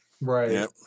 right